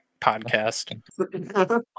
podcast